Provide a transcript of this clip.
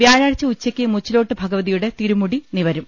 വ്യാഴാഴ്ച ഉച്ചയ്ക്ക് മുച്ചിലോട്ട് ഭഗവതിയുടെ തിരുമുടി നിവരും